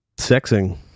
sexing